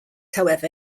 however